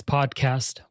Podcast